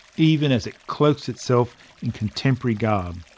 even as it cloaks itself in contemporary garb.